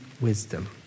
wisdom